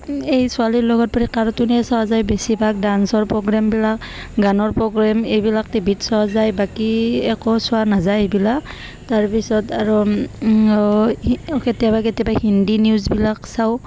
এই ছোৱালীৰ লগত পৰি কাৰ্টুনে চোৱা যায় বেছিভাগ ডান্সৰ প্ৰগ্ৰেমবিলাক গানৰ প্ৰগ্ৰেম এইবিলাক টিভি ত চোৱা যায় বাকী একো চোৱা নাযায় এইবিলাক তাৰপিছত আৰু কেতিয়াবা কেতিয়াবা হিন্দী নিউজবিলাক চাওঁ